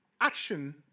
action